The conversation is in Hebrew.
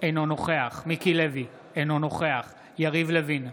אינו נוכח מיקי לוי, אינו נוכח יריב לוין,